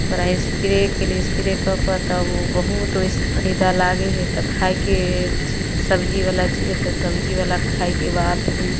ओकरा स्प्रे कयली स्प्रे कऽ कऽ तब ओ बहुत ओहि से फायदा लागै हइ तऽ खायके सब्जी बला चीज तऽ सब्जी बला खायके बात है